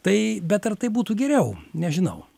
tai bet ar tai būtų geriau nežinau